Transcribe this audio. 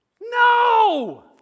No